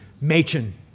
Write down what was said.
Machen